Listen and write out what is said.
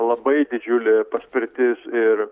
labai didžiulė paspirtis ir